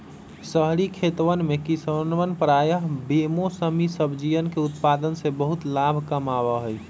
शहरी खेतवन में किसवन प्रायः बेमौसमी सब्जियन के उत्पादन से बहुत लाभ कमावा हई